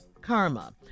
karma